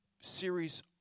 series